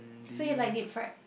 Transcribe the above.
so you like deep fried